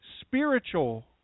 spiritual